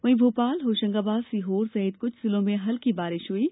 वहीं भोपाल होशंगाबाद सीहोर सहित कुछ जिलों में हल्की बारिश हुई है